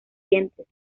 dientes